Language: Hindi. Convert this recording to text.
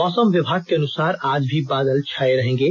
मौसम विभाग के अनुसार आज भी बादल छाये रहेंगे